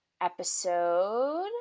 Episode